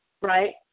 Right